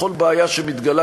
בכל בעיה שמתגלה,